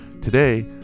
Today